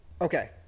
Okay